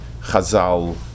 Chazal